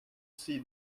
see